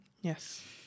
Yes